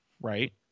right